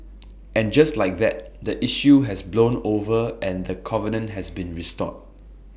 and just like that the issue has blown over and the covenant has been restored